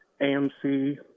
AMC